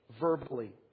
verbally